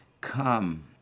come